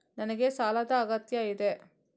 ನನಗೆ ಸಾಲದ ಅಗತ್ಯ ಇದೆ?